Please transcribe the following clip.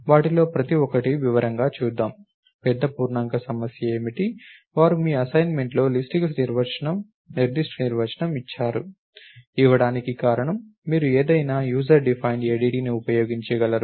వాటిలో ప్రతి ఒక్కటి వివరంగా చూద్దాం పెద్ద పూర్ణాంక సమస్య ఏమిటి వారు మీ అసైన్మెంట్లో లిస్ట్ కు నిర్దిష్ట నిర్వచనం ఇచ్చారు ఇవ్వడానికి కారణం మీరు ఏదయినా యూసర్ డిఫైన్డ్ ADTని ఉపయోగించగలరు